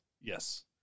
Yes